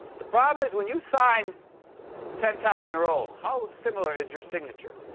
the problem is, when you sign ten times in a row, how similar is your signature?